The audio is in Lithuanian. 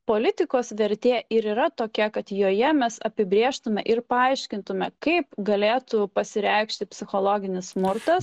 politikos vertė ir yra tokia kad joje mes apibrėžtume ir paaiškintumėme kaip galėtų pasireikšti psichologinis smurtas